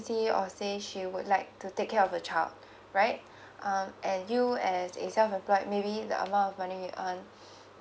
or say she would like to take care of her child right um and you as a self employed maybe the amount of money you earn